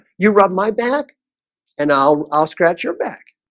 you rub my back and i'll i'll scratch your back.